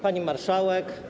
Pani Marszałek!